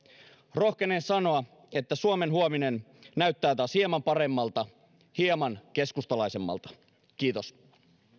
rohkenen sanoa että suomen huominen näyttää taas hieman paremmalta hieman keskustalaisemmalta kiitos